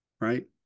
Right